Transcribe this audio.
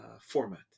format